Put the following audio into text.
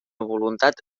voluntat